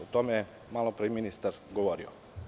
O tome je malopre ministar govorio.